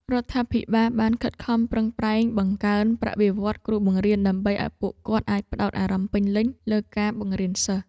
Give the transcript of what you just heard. រដ្ឋាភិបាលបានខិតខំប្រឹងប្រែងបង្កើនប្រាក់បៀវត្សរ៍គ្រូបង្រៀនដើម្បីឱ្យពួកគាត់អាចផ្តោតអារម្មណ៍ពេញលេញលើការបង្រៀនសិស្ស។